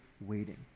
waiting